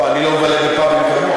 לא, אני לא מבלה בפאבים כמוך.